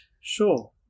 Sure